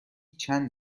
چند